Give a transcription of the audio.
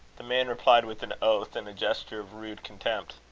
the man replied, with an oath and a gesture of rude contempt,